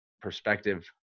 perspective